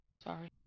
Sorry